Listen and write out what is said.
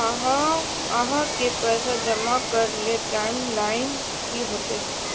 आहाँ के पैसा जमा करे ले टाइम लाइन की होते?